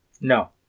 No